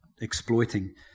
exploiting